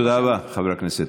תודה רבה, חבר הכנסת.